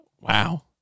Wow